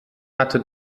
hatte